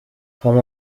come